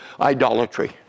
idolatry